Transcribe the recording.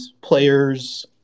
players